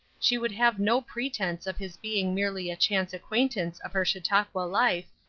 she would have no pretense of his being merely a chance acquaintance of her chautauqua life,